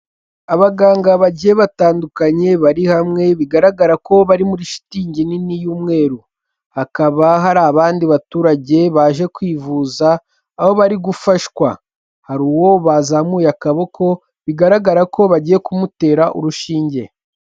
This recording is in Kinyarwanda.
Abaganga bagiye batandukanye bari hamwe bigaragara ko bari muri shitingi nini y'umweru, hakaba hari abandi baturage baje kwivuza aho bari gufashwa, hari uwo bazamuye akaboko bigaragara ko bagiye kumutera urushinge.